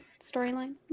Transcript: storyline